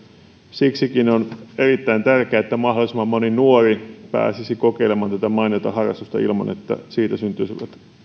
siksikin on erittäin tärkeää että mahdollisimman moni nuori pääsisi kokeilemaan tätä mainiota harrastusta ilman että siitä